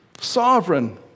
sovereign